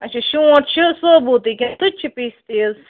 اچھا شونٛٹھ چھُ سوبوٗتٕے سُہ تہِ چھُ پیٖستٕے حظ